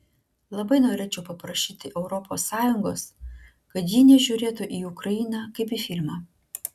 labai norėčiau paprašyti europos sąjungos kad ji nežiūrėti į ukrainą kaip į filmą